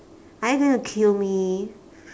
are you going to kill me